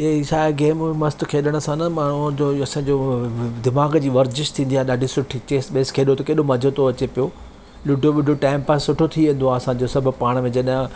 इहे छा गेमूं मस्त खेॾण सां न माण्हूअ जो इहो सॼो दिमाग जी वर्जिश थींदी आहे ॾाढी सुठी चेस ॿेस खेॾो त केॾो मज़ो थो अचे पियो लूडो वुडो टाइम पास सुठो थी वेंदो आहे असांजो सभु पाण में जॾहिं